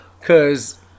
cause